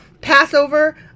passover